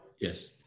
Yes